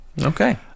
Okay